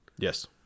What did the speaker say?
Yes